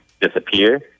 disappear